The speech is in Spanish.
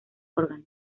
órgano